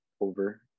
over